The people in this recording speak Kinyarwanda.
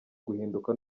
guhinduka